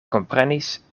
komprenis